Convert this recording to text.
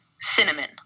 cinnamon